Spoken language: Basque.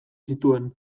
zituen